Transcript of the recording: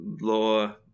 law